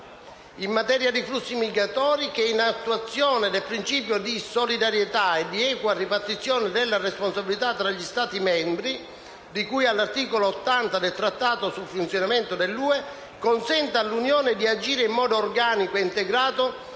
in materia di flussi migratori che, in attuazione del principio di solidarietà e di equa ripartizione della responsabilità tra gli Stati membri, di cui all'articolo 80 del Trattato sul funzionamento dell'Unione europea, consenta all'Unione di agire in modo organico e integrato